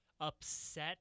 upset